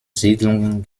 siedlungen